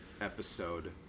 episode